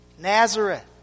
Nazareth